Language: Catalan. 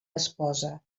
esposa